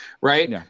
Right